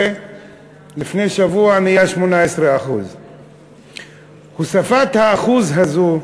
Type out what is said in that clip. ולפני שבוע נהיה 18%. הוספת ה-1% הזה,